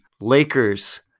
Lakers